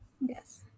Yes